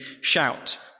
shout